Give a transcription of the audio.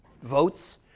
votes